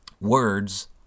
Words